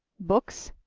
books,